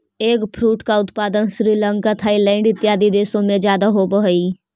eggfruit का उत्पादन Sri Lanka Thailand इत्यादि देशों में ज्यादा होवअ हई